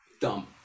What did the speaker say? Dumb